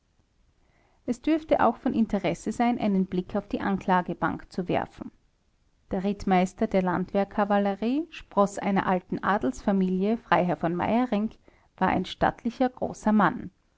es dürfte auch von interesse sein einen blick auf die anklagebank zu werfen der rittmeister der landwehr kavallerie sproß einer alten adelsfamilie freiherr v meyerinck war ein stattlicher großer mann